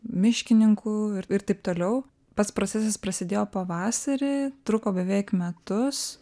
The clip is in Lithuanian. miškininkų ir taip toliau pats procesas prasidėjo pavasarį truko beveik metus